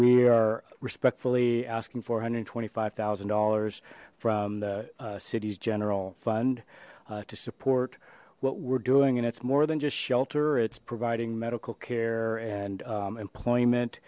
we are respectfully asking four hundred and twenty five thousand dollars from the city's general fund to support what we're doing and it's more than just shelter it's providing medical care and employment